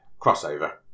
Crossover